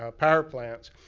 ah power plants.